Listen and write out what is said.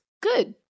good